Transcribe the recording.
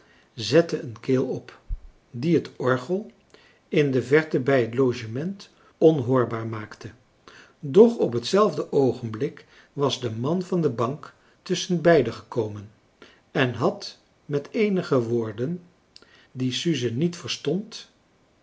een keel op die het orgel in de verte bij het logement onhoorbaar maakte doch op hetzelfde oogenblik was de man van de bank tusschenbeide gekomen en had met eenige woorden die suze niet verstond